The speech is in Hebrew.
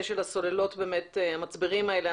בתוך החוק הנושא של המצברים המשומשים.